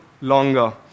longer